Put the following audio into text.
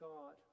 God